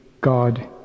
God